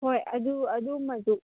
ꯍꯣꯏ ꯑꯗꯨ ꯑꯗꯨꯃꯁꯨ